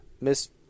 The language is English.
Miss